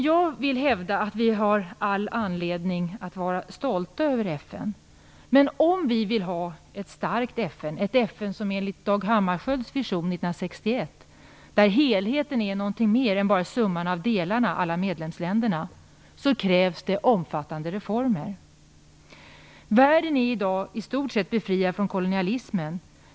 Jag vill hävda att vi har all anledning att vara stolta över FN. Men om vi vill ha ett starkt FN, ett FN enligt Dag Hammarskjölds vision 1961, där helheten är någonting mer än bara summan av delarna - alla medlemsländerna - så krävs det omfattande reformer. Världen är i dag i stort sett befriad från kolonialismen.